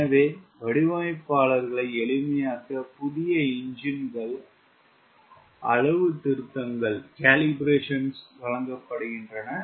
எனவே வடிவமைப்பாளர்களை எளிமையாக்க புதிய என்ஜின்கள் அளவுத்திருத்தங்கள் வழங்கப்படுகின்றன